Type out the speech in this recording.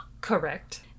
Correct